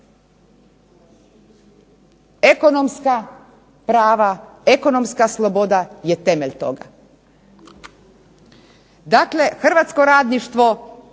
Ekonomska prava, ekonomska sloboda je temelj toga. Dakle, hrvatsko radništvo